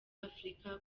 afurika